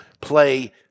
play